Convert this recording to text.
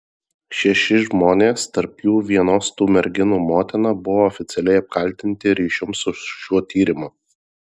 šeši žmonės tarp jų vienos tų merginų motina buvo oficialiai apkaltinti ryšium su šiuo tyrimu